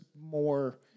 more